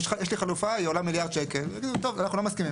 יש לנו חלופה שעולה מיליארד שקלים.״ והם יגידו: ״טוב,